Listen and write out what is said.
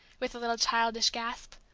with a little childish gasp.